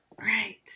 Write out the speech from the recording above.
right